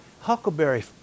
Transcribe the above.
huckleberry